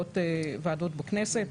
מתנהלות ועדות בכנסת.